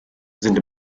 sind